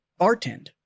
bartend